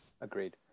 Agreed